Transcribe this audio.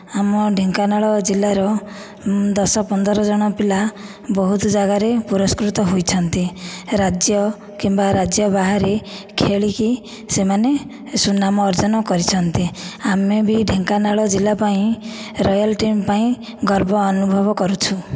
ଆମ ଢେଙ୍କାନାଳ ଜିଲ୍ଲାର ଦଶ ପନ୍ଦର ଜଣ ପିଲା ବହୁତ ଜାଗାରେ ପୁରସ୍କୃତ ହୋଇଛନ୍ତି ରାଜ୍ୟ କିମ୍ବା ରାଜ୍ୟ ବାହାରେ ଖେଳିକି ସେମାନେ ସୁନାମ ଅର୍ଜନ କରିଛନ୍ତି ଆମେ ବି ଢେଙ୍କାନାଳ ଜିଲ୍ଲା ପାଇଁ ରୟାଲ ଟିମ୍ ପାଇଁ ଗର୍ବ ଅନୁଭବ କରୁଛୁ